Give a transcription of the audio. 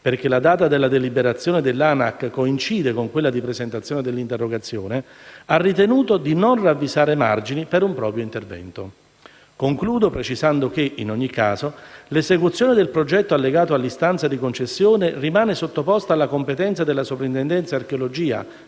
perché la data della deliberazione dell'ANAC coincide con quella di presentazione dell'interrogazione), ha ritenuto di non ravvisare margini per un proprio intervento. Concludo precisando che, in ogni caso, l'esecuzione del progetto allegato all'istanza di concessione rimane sottoposta alla competenza della Soprintendenza archeologia,